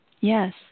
Yes